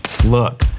Look